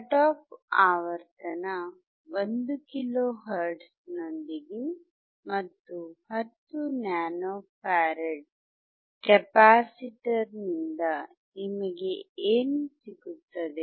cut off ಆವರ್ತನ 1 ಕಿಲೋಹೆರ್ಟ್ಜ್ದೊಂದಿಗೆ ಮತ್ತು 10 ನ್ಯಾನೊ ಫರಾಡ್ ಕೆಪಾಸಿಟರ್ ನಿಂದ ನಿಮಗೆ ಏನು ಸಿಗುತ್ತದೆ